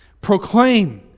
proclaim